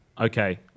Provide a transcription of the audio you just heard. Okay